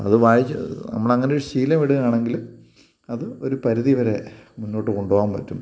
അത് വായിച്ചു നമ്മളൾ അങ്ങനെ ഒരു ശീലം ഇടുകയാണെങ്കിൽ അത് ഒരു പരിധി വരെ മുന്നോട്ട് കൊണ്ടു പോകാൻ പറ്റും